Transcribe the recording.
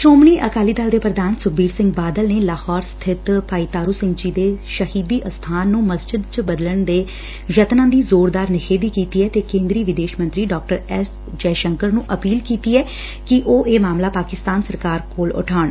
ਸ਼ੋਮਣੀ ਅਕਾਲੀ ਦਲ ਦੇ ਪ੍ਰਧਾਨ ਸੁਖਬੀਰ ਸਿੰਘ ਬਾਦਲ ਨੇ ਲਾਹੋਰ ਸਥਿਤ ਭਾਈ ਤਾਰੂ ਸਿੰਘ ਜੀ ਦੇ ਸ਼ਹੀਦੀ ਅਸਥਾਨ ਨੂੰ ਮਸਜਿਦ ਵਿਚ ਬਦਲਣ ਦੇ ਯਤਨਾਂ ਦੀ ਜ਼ੋਰਦਾਰ ਨਿਖੇਧੀ ਕੀਤੀ ਐ ਤੇ ਕੇਂਦਰੀ ਵਿਦੇਸ਼ ਮੰਤਰੀ ਡਾ ਐਸ ਜੈਸ਼ੰਕਰ ਨੁੰ ਅਪੀਲ ਕੀਤੀ ਹੈ ਕਿ ਇਹ ਮਾਮਲਾ ਪਾਕਿਸਤਾਨ ਸਰਕਾਰ ਕੋਲ ਉਠਾਇਆ ਜਾਵੇ